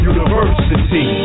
University